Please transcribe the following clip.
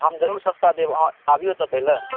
हम जरूर सस्ता देब अहाँ आबियौ तऽ पहिले